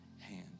hand